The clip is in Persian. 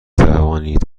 توانید